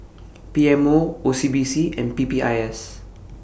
P M O O C B C and P P I S